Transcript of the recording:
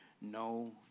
no